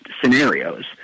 scenarios